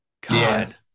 god